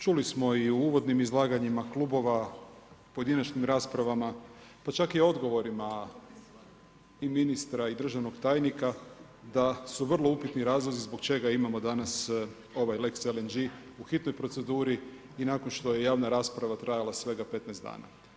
Čuli smo i u uvodnim izlaganjima klubova, pojedinačnim raspravama, pa čak i odgovorima i ministra i državnog tajnika da su vrlo upitni razlozi zbog čega imamo danas ovaj lex LNG u hitnoj proceduri i nakon što je javna rasprava trajala svega 15 dana.